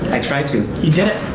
i try to. you did it.